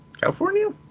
California